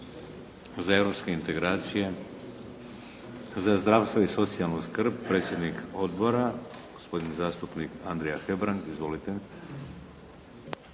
Za europske integracije? Za zdravstvo i socijalnu skrb? Predsjednik Odbora gospodin zastupnik Andrija Hebrang. Izvolite.